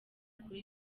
kuri